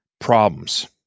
problems